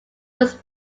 was